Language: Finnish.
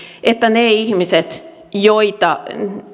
että ne ihmiset joita